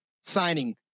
signing